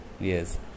Yes